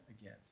again